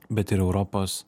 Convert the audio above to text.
bet ir europos